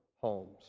homes